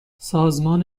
سازمان